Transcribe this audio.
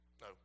no